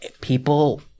People